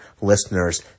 listeners